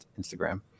Instagram